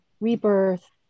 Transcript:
rebirth